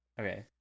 okay